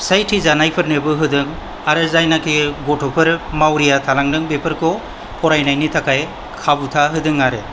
फिसाय थैजानाय फोरनोबो होदों आरो जायनाखि गथ'फोर मावरिया थालांदों बेफोरखौ फरायनायनि थाखाय खाबु होदों आरो